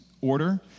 order